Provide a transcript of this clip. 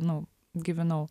nu gyvenau